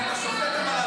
אז שיוקיעו את זה.